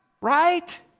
Right